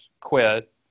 quit